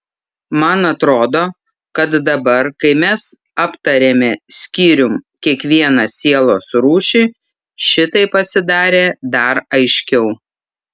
man atrodo kad dabar kai mes aptarėme skyrium kiekvieną sielos rūšį šitai pasidarė dar aiškiau